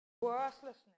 ...worthlessness